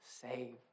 save